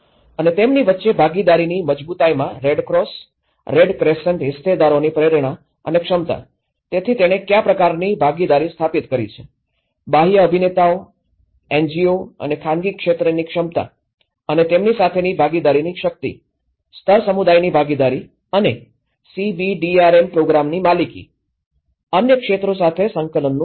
અને તેમની વચ્ચે ભાગીદારીની મજબૂતાઈમાં રેડક્રોસ રેડ ક્રેસન્ટ હિસ્સેદારોની પ્રેરણા અને ક્ષમતા તેથી તેણે કયા પ્રકારની ભાગીદારી સ્થાપિત કરી છે બાહ્ય અભિનેતાઓ એનજીઓ અને ખાનગી ક્ષેત્રની ક્ષમતા અને તેમની સાથેની ભાગીદારીની શક્તિ સ્તર સમુદાયની ભાગીદારી અને સીબીડીઆરએમ પ્રોગ્રામની માલિકી અન્ય ક્ષેત્રો સાથે સંકલનનું સ્તર